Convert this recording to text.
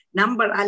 number